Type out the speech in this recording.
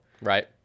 Right